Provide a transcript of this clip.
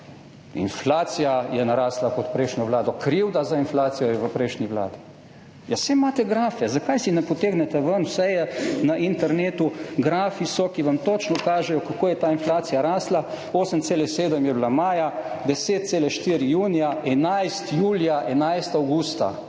inflacija je narasla pod prejšnjo vlado, krivda za inflacijo je v prejšnji vladi. Ja saj imate grafe, zakaj si ne potegnete ven? Vse je na internetu, grafi so, ki vam točno kažejo, kako je ta inflacija rasla – 8,7 je bila maja, 10,4 junija, 11 julija, 11 avgusta.